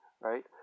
right